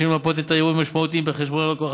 למפות את האירועים המשמעותיים בחשבון הלקוח,